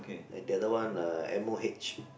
and the other one uh M_O_H